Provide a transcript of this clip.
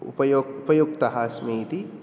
उपयो उपयुक्तः अस्मि इति वदामि